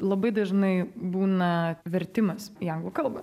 labai dažnai būna vertimas į anglų kalbą